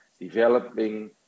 developing